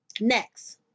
Next